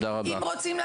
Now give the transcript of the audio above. אם רוצים,